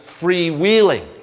freewheeling